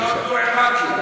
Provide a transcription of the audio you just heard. אני עוד לא עיראקי.